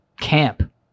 camp